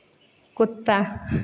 कुत्ता